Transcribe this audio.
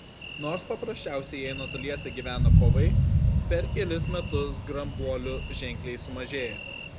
nors paprasčiausiai jei netoliese gyvena kovai per kelis metus grambuolių ženkliai sumažėja